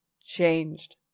changed